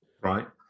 right